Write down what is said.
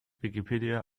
wikipedia